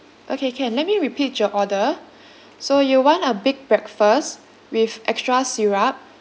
okay can let me repeat your order so you want a big breakfast with extra syrup